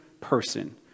person